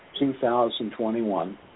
2021